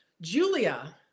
Julia